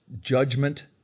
judgment